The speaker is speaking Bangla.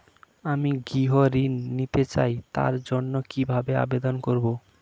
আমি গৃহ ঋণ নিতে চাই তার জন্য কিভাবে আবেদন করব?